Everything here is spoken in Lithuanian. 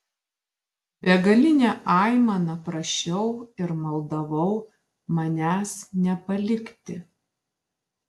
begaline aimana prašiau ir maldavau manęs nepalikti